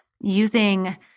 using